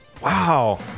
Wow